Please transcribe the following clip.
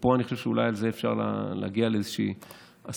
ופה אני חושב שאולי על זה אפשר להגיע לאיזושהי הסכמה: